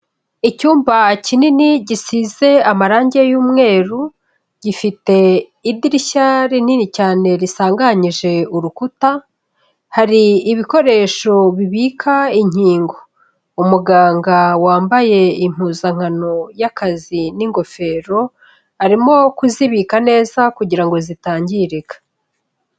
Icyumba kinini gisize amarangi y'umweru gifite idirishya rinini cyane risanganyije urukuta, hari ibikoresho bibika inkingo, umuganga wambaye impuzankano y'akazi n'ingofero arimo kuzibika neza kugirango zitangirika.